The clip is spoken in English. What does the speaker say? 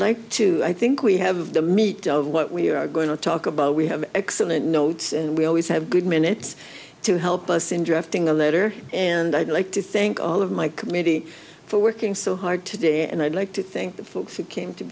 like to i think we have the meat of what we are going to talk about we have excellent notes and we always have good minutes to help us in drafting the letter and i'd like to thank all of my committee for working so hard today and i'd like to think the folks who came to